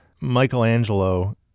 Michelangelo